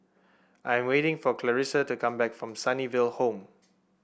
I'm waiting for Clarisa to come back from Sunnyville Home